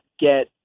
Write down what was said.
get